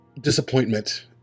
disappointment